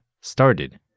started